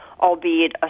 albeit